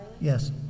Yes